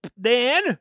Dan